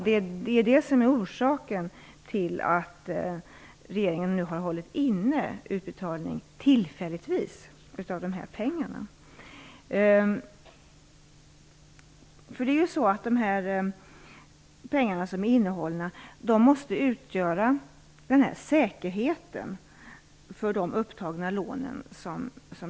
Det är det som är orsaken till att regeringen nu tillfälligt har hållit inne dessa pengar och inte betalat ut dem. De innehållna pengarna måste utgöra säkerhet för de upptagna lånen.